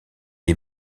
est